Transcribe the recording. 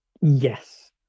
Yes